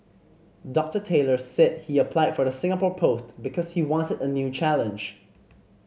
Doctor Taylor said he applied for the Singapore post because he wanted a new challenge